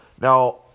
Now